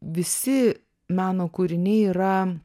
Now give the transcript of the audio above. visi meno kūriniai yra